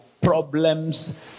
problems